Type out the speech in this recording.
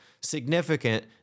significant